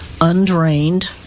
undrained